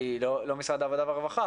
ממשרד העבודה והרווחה,